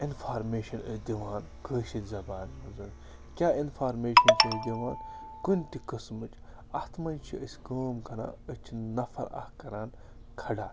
information أسۍ دِوان کٲشٕر زبانہِ منٛز کیٛاہ اِنفارمیشَن چھِ أسۍ دِوان کُنہِ تہِ قٕسمٕچ اَتھ منٛز چھِ أسۍ کٲم کَران أسۍ چھِ نفر اَکھ کَران کھڑا